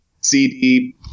CD